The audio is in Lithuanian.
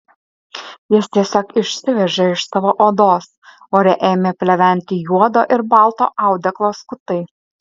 jis tiesiog išsiveržė iš savo odos ore ėmė pleventi juodo ir balto audeklo skutai